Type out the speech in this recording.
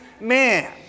man